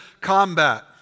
combat